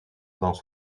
dans